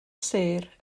sêr